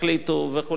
וכו' וכו'.